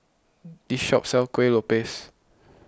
this shop sells Kueh Lopes